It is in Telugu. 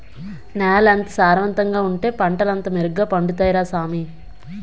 నేలెంత సారవంతంగా ఉంటే పంటలంతా మెరుగ్గ పండుతాయ్ రా సామీ